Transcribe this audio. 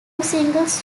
singles